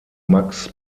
max